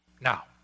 Now